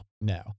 no